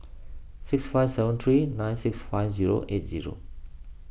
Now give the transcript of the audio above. six five seven three nine six five zero eight zero